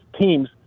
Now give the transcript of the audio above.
teams